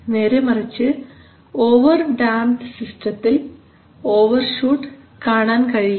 നേരെമറിച്ച് over damped സിസ്റ്റത്തിൽ overshoot കാണാൻ കഴിയില്ല